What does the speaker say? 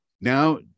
Now